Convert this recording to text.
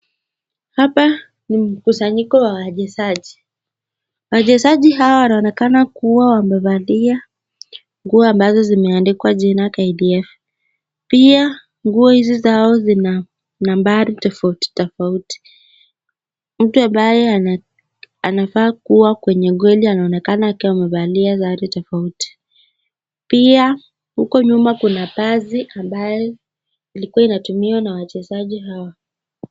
Hapa ni mkusanyiko wa wachezaji. Wachezaji hawa wanaonekana kuwa wamevalia nguo ambazo zimeandikwa jina KDF. Pia nguo hizi zao zina nambari tofauti tofauti. Mtu ambaye anafaa kuwa kwenye goli anaonekana akiwa amevalia sare tofauti. Pia huko nyuma kuna basi ambayo ilikuwa inatumiwa na wachezaji hawa.